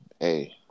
Hey